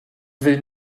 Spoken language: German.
will